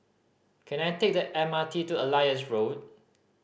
can I take the M R T to Elias Road